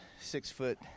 six-foot